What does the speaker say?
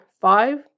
five